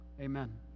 Amen